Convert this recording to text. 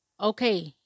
okay